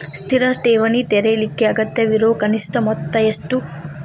ಸ್ಥಿರ ಠೇವಣಿ ತೆರೇಲಿಕ್ಕೆ ಅಗತ್ಯವಿರೋ ಕನಿಷ್ಠ ಮೊತ್ತ ಎಷ್ಟು?